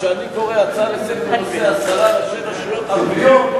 כשאני קורא הצעה לסדר-היום בנושא: עשרה ראשי רשויות ערביות,